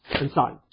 inside